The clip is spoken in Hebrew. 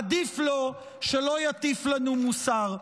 עדיף לו שלא יטיף לנו מוסר.